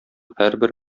һәрбер